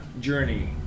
journey